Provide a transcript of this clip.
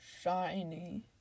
shiny